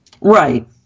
Right